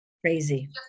Crazy